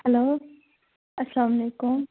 hello السلامُ علیکُم